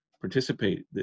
participate